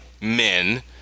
men